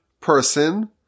person